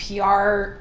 PR